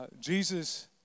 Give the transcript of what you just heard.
Jesus